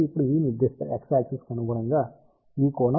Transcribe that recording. కాబట్టి ఇప్పుడు ఈ నిర్దిష్ట x యాక్సిస్ కి అనుగుణంగా ఈ కోణం φ